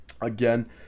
again